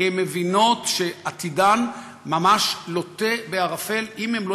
כי הן מבינות שעתידן ממש לוט בערפל אם הן לא